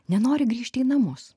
nenori grįžti į namus